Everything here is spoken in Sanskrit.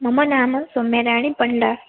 मम नाम सौम्याराणी पण्डा